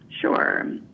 Sure